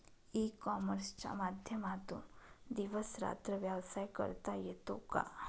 E कॉमर्सच्या माध्यमातून दिवस रात्र व्यवसाय करता येतो का?